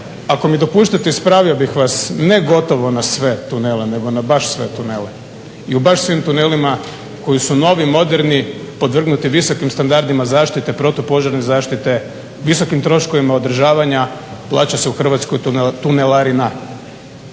ako mi dopustite ispravio bih vas ne gotovo na sve tunele nego na baš sve tunele i u baš svim tunelima koji su novi, moderni, podvrgnuti visokim standardima zaštite, protupožarne zaštite, visokim troškovima održavanja plaća se u Hrvatskoj tunelaranima.